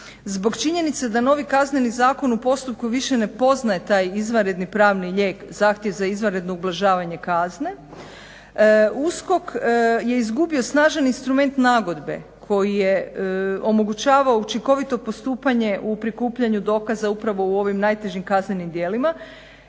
Zbog činjenice da novi KZ u postupku više ne poznaje taj izvanredni pravni lijek, zahtjev za izvanredno ublažavanje kazne, USKOK je izgubio snažan instrument nagodbe koji je omogućavao učinkovito postupanje u prikupljanju dokaza upravo u ovim najtežim kaznenim djelima